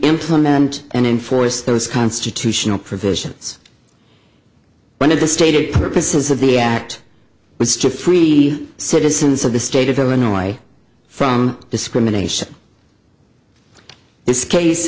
implement and enforce those constitutional provisions one of the stated purposes of the act was to free citizens of the state of illinois from discrimination this case